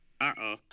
Uh-oh